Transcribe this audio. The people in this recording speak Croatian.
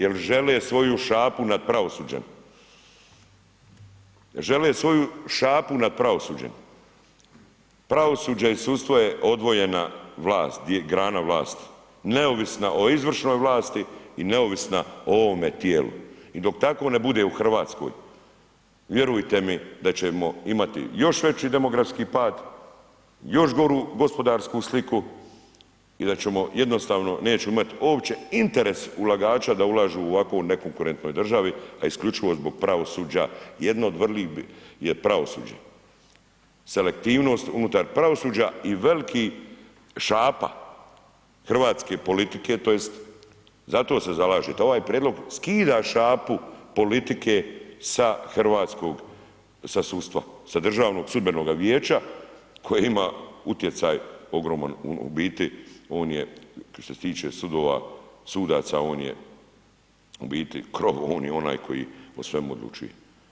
Jel žele svoju šapu nad pravosuđem, žele svoju šapu nad pravosuđem, pravosuđe i sudstvo je odvojena vlast, grana vlasti, neovisna o izvršnoj vlasti i neovisna o ovome tijelu i dok tako ne bude u RH vjerujte da ćemo imati još veći demografski pad, još goru gospodarsku sliku i da ćemo jednostavno nećemo imati uopće interes ulagača da ulažu u ovakvoj nekonkurentnoj državi, a isključivo zbog pravosuđa, jedno od vrli je pravosuđe, selektivnost unutar pravosuđa i velikih šapa hrvatske politike tj. za to se zalažete, ovaj prijedlog skida šapu politike sa hrvatskog, sa sudstva, sa DSV-a koji ima utjecaj ogroman, u biti on je što se tiče sudova, sudaca, on je u biti krov, on je onaj koji o svemu odlučuje.